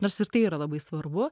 nors ir tai yra labai svarbu